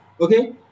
Okay